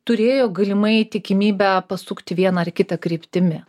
turėjo galimai tikimybę pasukti viena ar kita kryptimi